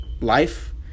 life